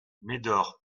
médor